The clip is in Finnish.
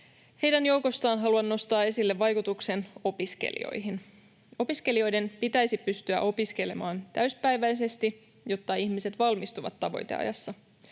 Heidän joukostaan haluan nostaa esille vaikutuksen opiskelijoihin. Opiskelijoiden pitäisi pystyä opiskelemaan täyspäiväisesti, jotta ihmiset valmistuvat tavoiteajassa.